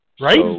Right